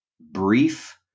brief